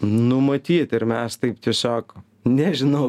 nu matyt ir mes taip tiesiog nežinau